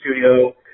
studio